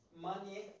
money